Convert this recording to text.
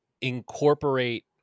incorporate